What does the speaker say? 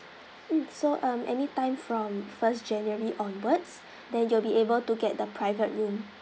mm so um anytime from first january onwards then you will be able to get the private room